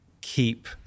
keep